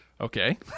okay